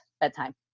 bedtime